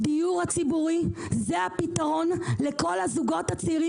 הדיור הציבורי הוא הפתרון לכל הזוגות הצעירים